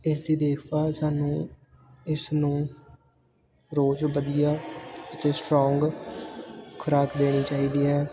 ਇਸ ਦੀ ਦੇਖਭਾਲ ਸਾਨੂੰ ਇਸ ਨੂੰ ਰੋਜ਼ ਵਧੀਆ ਅਤੇ ਸਟਰੋਂਗ ਖੁਰਾਕ ਦੇਣੀ ਚਾਹੀਦੀ ਹੈ